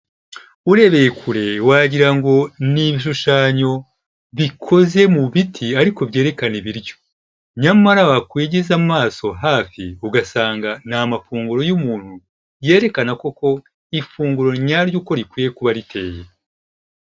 Urebeye kure wagira ngo ni ibishushanyo bikoze mu biti ariko byerekana ibiryo, nyamara wakwigiza amaso hafi ugasanga ni amafunguro y'umuntu, yerekana koko ifunguro nyaryo uko rikwiye kuba riteye.